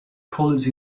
college